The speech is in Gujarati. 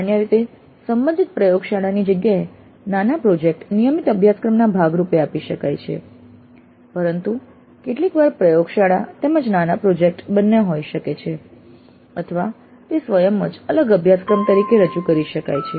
સામાન્ય રીતે સંબંધિત પ્રયોગશાળાની જગ્યાએ નાના પ્રોજેક્ટ નિયમિત અભ્યાસક્રમના ભાગ રૂપે આપી શકાય છે પરંતુ કેટલીકવાર પ્રયોગશાળા તેમજ નાના પ્રોજેક્ટ બંને હોઈ શકે છે અથવા તે સ્વયં જ અલગ અભ્યાસક્રમ તરીકે રજૂ કરી શકાય છે